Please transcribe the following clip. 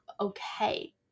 okay